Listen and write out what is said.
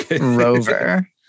Rover